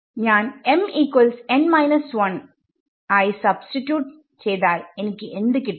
ഞാൻ stആയി സബ്സ്ടിട്യൂട്ട് ചെയ്താൽ എനിക്ക് എന്ത് കിട്ടും